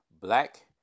Black